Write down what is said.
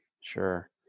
sure